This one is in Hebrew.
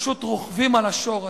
פשוט רוכבים על השור הזה.